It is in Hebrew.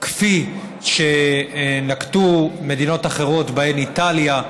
כפי שנקטו מדינות אחרות, ובהן איטליה,